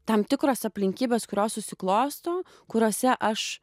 tam tikros aplinkybės kurios susiklosto kuriose aš